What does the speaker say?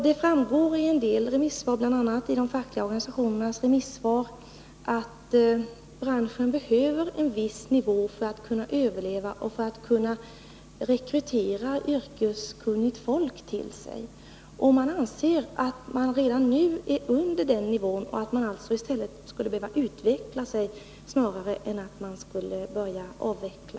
Det framgår av en del remissvar, bl.a. från de fackliga organisationerna, att branschen behöver en viss nivå för att kunna överleva och för att kunna rekrytera yrkeskunnigt folk. Man anser att man redan nu befinner sig under den nivån och att man snarare skulle behöva utveckla än avveckla.